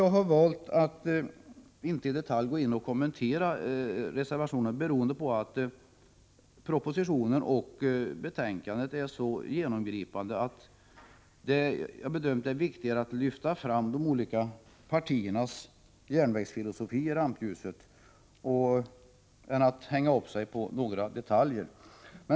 Jag har valt att inte i detalj gå in och kommentera reservationerna, beroende på att propositionen och betänkandet är så genomgripande att jag har bedömt det som viktigare att lyfta fram de olika partiernas järnvägsfilosofi i rampljuset än att hänga upp mig på några detaljer.